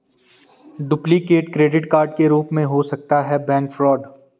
duplicate credit card के रूप में हो सकता है बैंक फ्रॉड